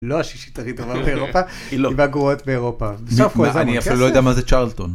‫לא השישית הכי טובה באירופה, ‫היא בגרועות באירופה. ‫אני אפילו לא יודע מה זה צ'רלטון.